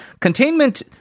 containment